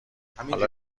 حالا